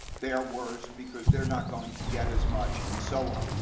they're worse, because they're not going to get as much, and so on.